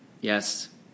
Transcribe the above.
Yes